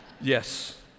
Yes